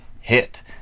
hit